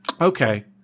Okay